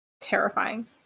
terrifying